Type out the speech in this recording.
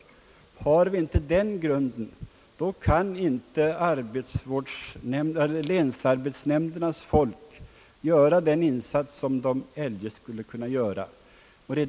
Har vi inte den grunden, kan inte länsarbetsnämndernas folk göra den insats som de eljest skulle kunna göra.